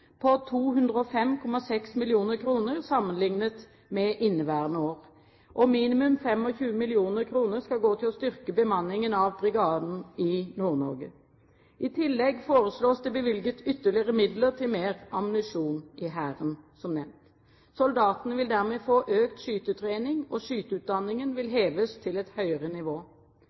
på 205,6 mill. kr, sammenlignet med inneværende år. Minimum 25 mill. kr skal gå til å styrke bemanningen av brigaden i Nord-Norge. I tillegg foreslås det bevilget ytterligere midler til mer ammunisjon til Hæren, som nevnt. Soldatene vil dermed få økt skytetrening, og skyteutdanningen vil heves til et høyere nivå.